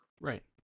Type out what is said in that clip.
Right